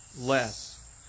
less